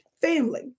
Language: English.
family